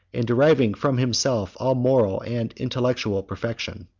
and deriving from himself all moral and intellectual perfection.